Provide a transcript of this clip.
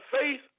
faith